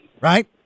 Right